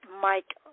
Mike